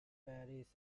paris